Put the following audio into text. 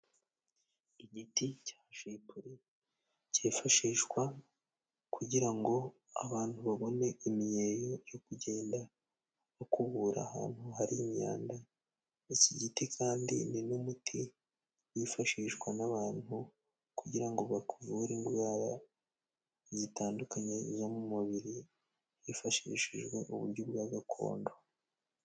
Igiti cya shipuri, cyifashishwa kugira ngo abantu babone imyeyo yo kugenda bakubura ahantu hari imyanda, iki giti kandi ni n'umuti wifashishwa n'abantu kugira ngo bakuvure indwara zitandukanye zo mu mubiri hifashishijwe uburyo bwa gakondo.